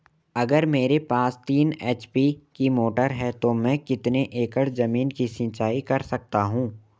अगर मेरे पास तीन एच.पी की मोटर है तो मैं कितने एकड़ ज़मीन की सिंचाई कर सकता हूँ?